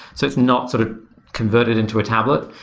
so it's not sort of converted into a tablet.